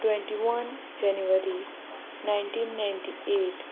twenty one January nineteen ninety eight